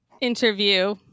interview